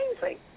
amazing